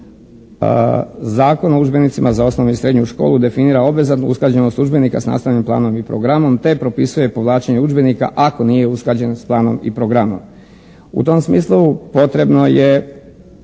Zakon o udžbenicima za osnovnu i srednju školu definira obvezatnu usklađenost udžbenika sa nastavnim planom i programom, te propisuje povlačenje udžbenika ako nije usklađen sa planom i programom. U tom smislu potrebno je